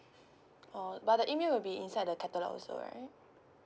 orh but the email will be inside the catalogue also right